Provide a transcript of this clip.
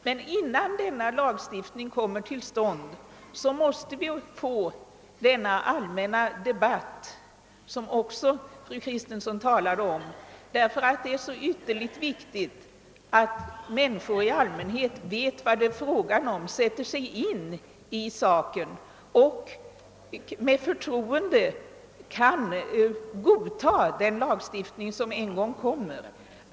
Men innan en sådan lagstiftning kommer till stånd, måste vi få denna allmänna debatt som också fru Kristensson talade om, därför att det är så utomordentligt viktigt att människor i allmänhet vet vad det är fråga om, sätter sig in i saken och med förtroende kan godta den lagstiftning som en gång kommer.